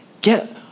get